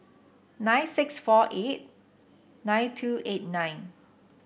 nine six four eight nine two eight nine